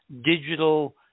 digital